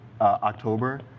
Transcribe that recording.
October